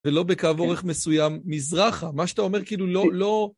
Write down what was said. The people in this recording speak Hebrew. ולא בקו אורך מסוים מזרחה, מה שאתה אומר כאילו לא...